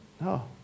No